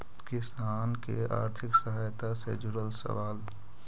किसान के आर्थिक सहायता से जुड़ल सवाल?